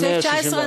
עמוד 164. סעיף 19,